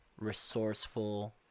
resourceful